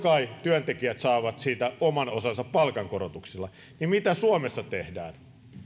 kai työntekijät saavat siitä oman osansa palkankorotuksilla niin mitä suomessa tehdään